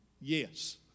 Yes